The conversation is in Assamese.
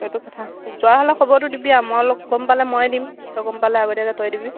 এইটো কথা যোৱা হ'লে খবৰটো দিবি আৰু মই অলপ গম পালে মই দিম তই গম পালে আগতীয়াকে তই দিবি